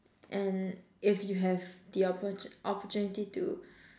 and if you have the opportune opportunity to